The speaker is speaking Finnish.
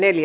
asia